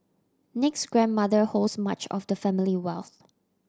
Nick's grandmother holds much of the family wealth